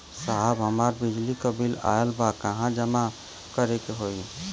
साहब हमार बिजली क बिल ऑयल बा कहाँ जमा करेके होइ?